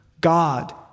God